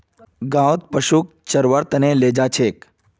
गाँउत पशुक चरव्वार त न ले जा छेक